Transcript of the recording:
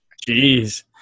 Jeez